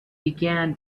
began